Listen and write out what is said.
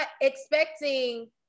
expecting